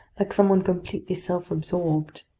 like someone completely self-absorbed.